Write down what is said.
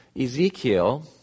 Ezekiel